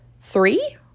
three